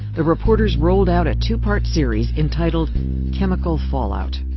the reporters rolled out a two-part series entitled chemical fallout.